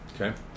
Okay